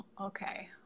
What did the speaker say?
okay